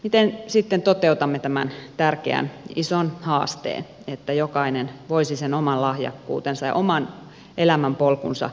miten sitten toteutamme tämän tärkeän ison haasteen jotta jokainen voisi sen oman lahjakkuutensa ja oman elämänpolkunsa onnellisesti löytää